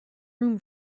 room